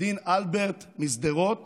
דין אלברט משדרות